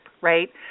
right